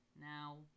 Now